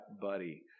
buddy